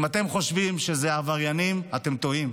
אם אתם חושבים שאלה עבריינים, אתם טועים.